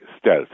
stealth